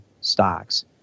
stocks